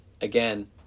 again